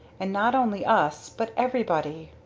and not only us but everybody!